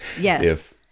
yes